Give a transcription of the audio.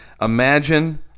imagine